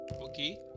okay